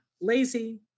lazy